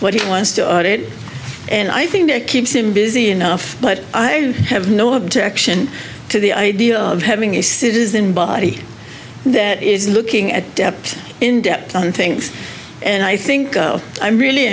what he wants to audit and i think that keeps him busy enough but i have no objection to the idea of having a citizen body that is looking at depth in depth and thinks and i think i'm really